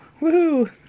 Woo